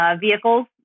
vehicles